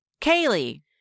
Kaylee